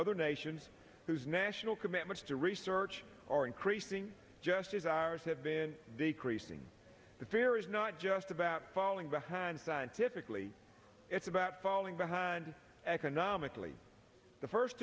other nations whose national commitments to research are increasing just as ours have been decreasing the fear is not just about falling behind scientifically it's about falling behind economically the first